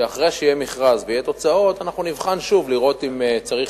שאחרי שיהיה מכרז ויהיו תוצאות נבחן שוב כדי לראות אם צריך